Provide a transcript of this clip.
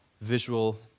visual